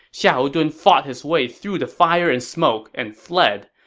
xiahou dun fought his way through the fire and smoke and fled.